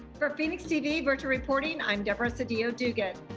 for phxtv virtual reporting, i'm deborah sedillo dugan.